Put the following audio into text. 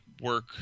work